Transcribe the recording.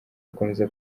gukomeza